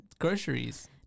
Groceries